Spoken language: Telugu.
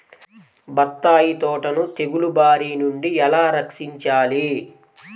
బత్తాయి తోటను తెగులు బారి నుండి ఎలా రక్షించాలి?